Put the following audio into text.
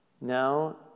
now